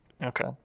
Okay